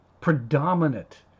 predominant